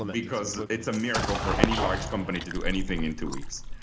um because it's a miracle for any large company to do anything in two weeks.